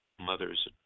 mother's